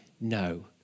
No